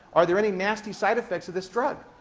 are there any nasty side effects of this drug?